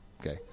Okay